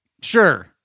Sure